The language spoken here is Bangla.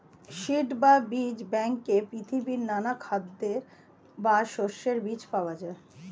সিড বা বীজ ব্যাংকে পৃথিবীর নানা খাদ্যের বা শস্যের বীজ পাওয়া যায়